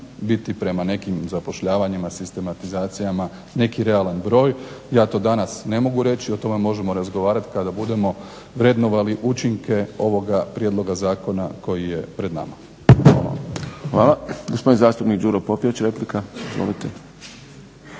biti prema nekim zapošljavanjima, sistematizacijama neki realan broj. Ja to danas ne mogu reći o tome možemo razgovarati kada budemo vrednovali učinke ovoga prijedloga zakona koji je pred nama.